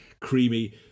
creamy